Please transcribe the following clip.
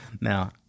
Now